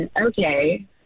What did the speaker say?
okay